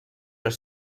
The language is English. are